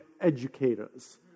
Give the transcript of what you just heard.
Educators